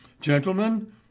gentlemen